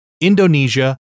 Indonesia